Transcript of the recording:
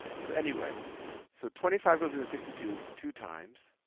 so anyway so twenty five goes into sixty two two times.